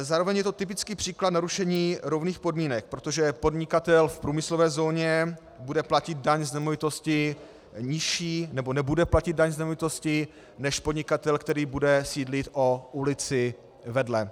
Zároveň je to typický příklad narušení rovných podmínek, protože podnikatel v průmyslové zóně bude platit daň z nemovitosti nižší, nebo nebude platit daň z nemovitosti, než podnikatel, který bude sídlit v ulici vedle.